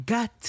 Got